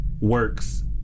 works